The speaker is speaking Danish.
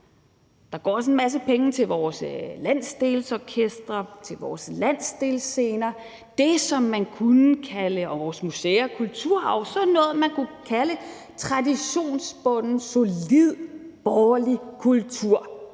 Der går også en masse penge til vores landsdelsorkestre, til vores landsdelsscener, til vores museer og vores kulturarv – altså sådan noget, man kunne kalde for traditionsbunden, solid, borgerlig kultur